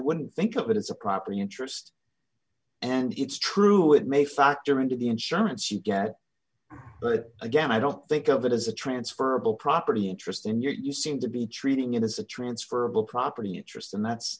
wouldn't think of it as a property interest and it's true it may factor into the insurance you get but again i don't think of it as a transferable property interest in your you seem to be treating it as a transfer of the property interest and that's